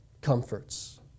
comforts